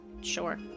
Sure